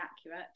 accurate